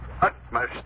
Utmost